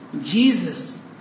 Jesus